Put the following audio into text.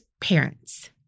parents